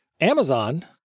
Amazon